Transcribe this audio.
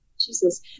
Jesus